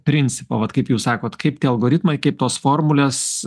principą vat kaip jūs sakote kaip tie algoritmai kaip tos formulės